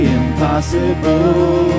impossible